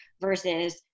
versus